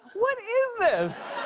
what is this?